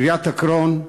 קריית-עקרון,